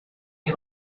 eli